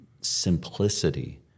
simplicity